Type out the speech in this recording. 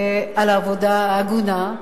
על העבודה ההגונה.